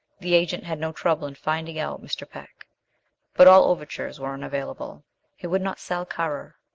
the agent had no trouble in finding out mr. peck but all overtures were unavailable he would not sell currer.